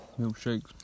Milkshakes